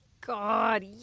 God